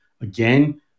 Again